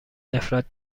نفرت